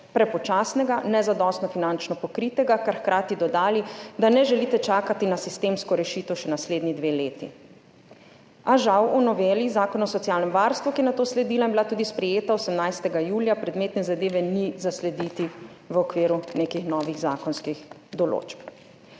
prepočasnega, nezadostno finančno pokritega, ter hkrati dodali, da ne želite čakati na sistemsko rešitev še naslednji dve leti. A žal v noveli Zakona o socialnem varstvu, ki je nato sledila in bila tudi sprejeta 18. julija, predmetne zadeve ni zaslediti v okviru nekih novih zakonskih določb.